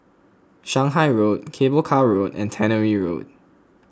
Shanghai Road Cable Car Road and Tannery Road